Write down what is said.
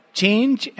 change